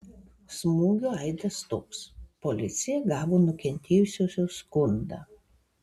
smūgio aidas toks policija gavo nukentėjusiosios skundą